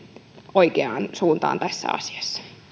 oikeaan suuntaan tässä asiassa